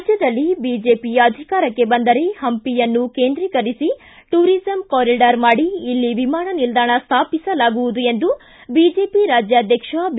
ರಾಜ್ಯದಲ್ಲಿ ಬಿಜೆಪಿ ಅಧಿಕಾರಕ್ಕೆ ಬಂದರೆ ಪಂಪಿಯನ್ನು ಕೇಂದ್ರೀಕರಿಸಿ ಟೂರಿಸಂ ಕಾರಿಡಾರ್ ಮಾಡಿ ಇಲ್ಲಿ ವಿಮಾನ ನಿಲ್ದಾಣ ಸ್ಥಾಪನೆ ಮಾಡಲಾಗುವುದು ಎಂದು ಬಿಜೆಪಿ ರಾಜ್ಯಾಧ್ಯಕ್ಷ ಬಿ